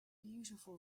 beautiful